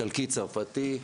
הצרפתי,